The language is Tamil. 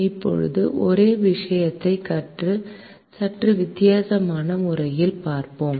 இப்போது ஒரே விஷயத்தை சற்று வித்தியாசமான முறையில் பார்ப்போம்